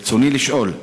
ברצוני לשאול: